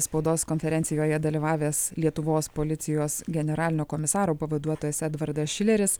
spaudos konferencijoje dalyvavęs lietuvos policijos generalinio komisaro pavaduotojas edvardas šileris